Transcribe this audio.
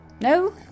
No